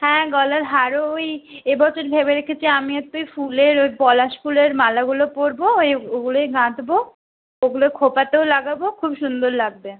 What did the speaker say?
হ্যাঁ গলার হারও ওই এ বছর ভেবে রেখেছি আমি আর তুই ফুলের ওই পলাশ ফুলের মালাগুলো পরব ওই ওগুলোই গাঁথব ওগুলো খোঁপাতেও লাগাব খুব সুন্দর লাগবে